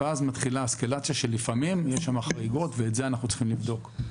ואז מתחילה אסקלציה שלפעמים יש שם חריגות ואת זה אנחנו צריכים לבדוק.